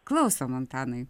klausom antanai